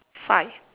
five